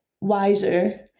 wiser